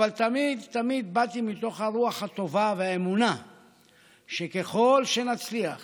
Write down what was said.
אבל תמיד תמיד באתי מתוך הרוח הטובה והאמונה שככל שנצליח